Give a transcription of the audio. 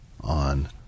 on